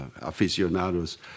aficionados